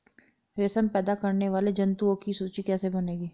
रेशम पैदा करने वाले जंतुओं की सूची कैसे बनेगी?